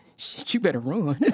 shit. you better run.